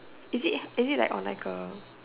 is it is it on like a